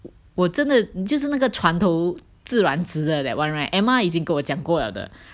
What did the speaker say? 我真的就是那个船头自然直 that one right Emma 已经跟我讲过 liao 的 but 我是我我我从小就有这种 phobia 我是没有办法